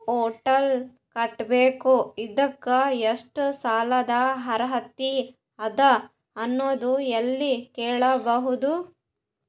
Hotel ಕಟ್ಟಬೇಕು ಇದಕ್ಕ ಎಷ್ಟ ಸಾಲಾದ ಅರ್ಹತಿ ಅದ ಅನ್ನೋದು ಎಲ್ಲಿ ಕೇಳಬಹುದು?